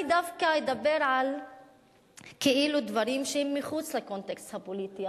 אני דווקא אדבר על כאילו דברים שהם מחוץ לקונטקסט הפוליטי,